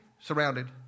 surrounded